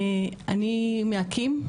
אני מאקי"ם,